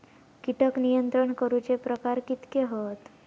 कीटक नियंत्रण करूचे प्रकार कितके हत?